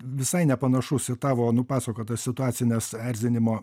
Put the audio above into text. visai nepanašus į tavo nupasakotas situacines erzinimo